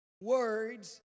words